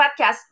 podcast